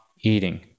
eating